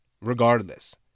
regardless